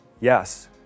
yes